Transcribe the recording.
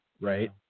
right